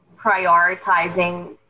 prioritizing